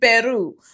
Peru